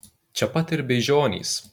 čia pat ir beižionys